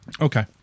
Okay